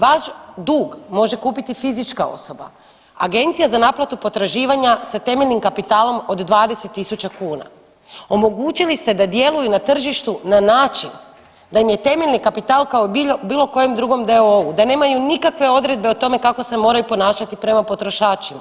Vaš dug može kupiti fizička osoba, agencija za naplatu potraživanja sa temeljnim kapitalom od 20 000 kuna, omogućili ste da djeluju na tržištu na način da im je temeljni kapital kao bilo kojem drugom d.o.o.-u, da nemaju nikakve odredbe o tome kako se moraju ponašati prema potrošačima